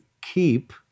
keep